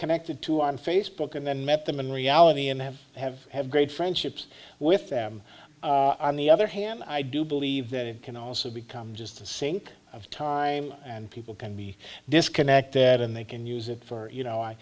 connected to on facebook and then met them in reality and have have have great friendships with them on the other hand i do believe that it can also become just a sink of time and people can be disconnected and they can use it for you know i